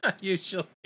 usually